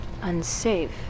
unsafe